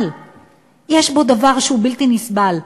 אבל יש בו דבר שהוא בלתי נסבל: